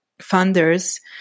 funders